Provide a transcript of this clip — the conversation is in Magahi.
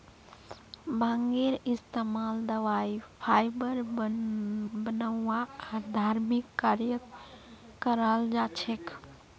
भांगेर इस्तमाल दवाई फाइबर बनव्वा आर धर्मिक कार्यत कराल जा छेक